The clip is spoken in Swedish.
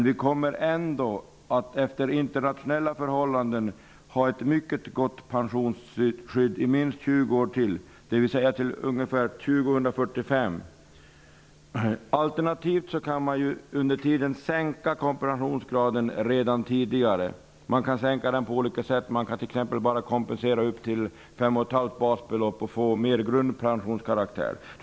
Vi kommer ändå att efter internationella förhållanden ha ett mycket gott pensionsskydd i minst 20 år till, dvs. till ungefär Alternativt kan man sänka kompensationsgraden redan tidigare. Man kan sänka den på olika sätt. Man kan t.ex. kompensera upp till 5,5 basbelopp och få mera av en grundpensionskaraktär.